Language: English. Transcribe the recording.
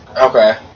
Okay